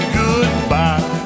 goodbye